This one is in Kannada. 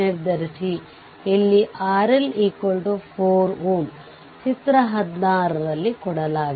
i2 ತಿಳಿದಿದೆ ಮುಂದಿನದು i1 ಅನ್ನು ಕಂಡುಹಿಡಿಯಬೇಕು